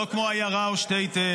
לא כמו עיירה או שטעטל,